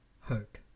hurt